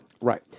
Right